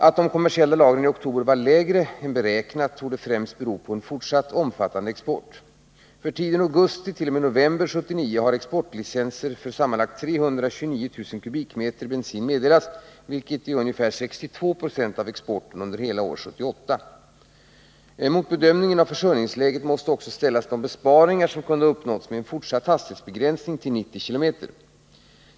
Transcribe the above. Att de kommersiella lagren i oktober var lägre än beräknat torde främst bero på en fortsatt omfattande export. För tiden augustit.o.m. november 1979 har exportlicenser för sammanlagt 329 000 m? bensin meddelats, vilket utgör ca 62 26 av exporten under hela år 1978. Mot bedömningen av försörjningsläget måste också ällas de besparingar som kunde ha uppnåtts med en fortsatt hastighetsbegränsning till 90 km i timmen.